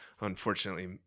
unfortunately